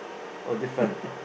oh different